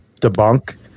debunk